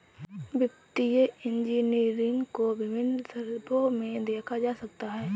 वित्तीय इंजीनियरिंग को विभिन्न संदर्भों में देखा जा सकता है